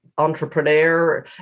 entrepreneur